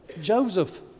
Joseph